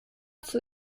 zur